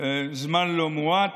זמן לא מועט,